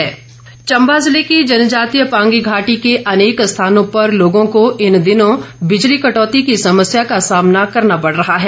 बिजली समस्या चंबा ज़िले की जनजातीय पांगी घाटी के अनेक स्थानों पर लोगों को इन दिनों बिजली कटौती की समस्या का सामना करना पड़ रहा है